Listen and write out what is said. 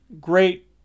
great